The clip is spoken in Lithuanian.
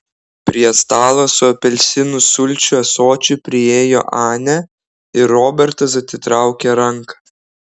prie stalo su apelsinų sulčių ąsočiu priėjo anė ir robertas atitraukė ranką